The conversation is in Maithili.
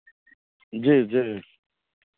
जी जी